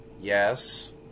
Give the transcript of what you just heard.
Yes